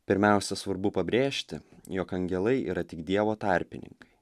pirmiausia svarbu pabrėžti jog angelai yra tik dievo tarpininkai